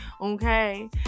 okay